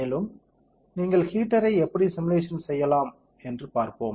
மேலும் நீங்கள் ஹீட்டரை எப்படி சிமுலேஷன்ஸ் செய்யலாம் என்று பார்ப்போம்